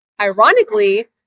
ironically